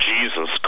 Jesus